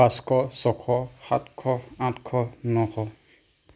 পাঁচশ ছশ সাতশ আঠশ নশ